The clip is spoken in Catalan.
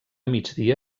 migdia